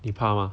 你怕吗